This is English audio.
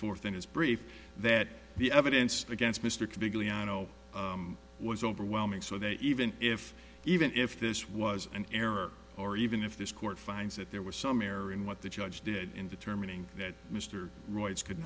forth in his brief that the evidence against mr bigley i know was overwhelming so that even if even if this was an error or even if this court finds that there was some error in what the judge did in determining that mr royce could